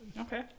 okay